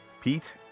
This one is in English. pete